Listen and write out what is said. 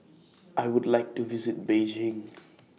I Would like to visit Beijing